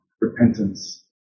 repentance